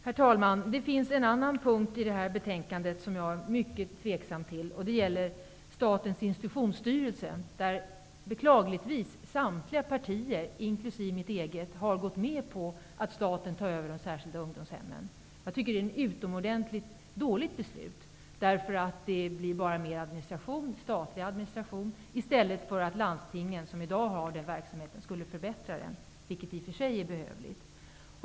Herr talman! Det finns en annan punkt i det här betänkandet som jag är mycket tveksam till. Det gäller statens institutionsstyrelse. Beklagligtvis har samtliga partier, inkl. mitt eget, gått med på att staten tar över de särskilda ungdomshemmen. Jag tycker att det är ett utomordentligt dåligt beslut. Det leder bara till mera statlig administration i stället för att landstingen, som i dag har hand om verksamheten, skulle förbättra den, vilket i och för sig är behövligt.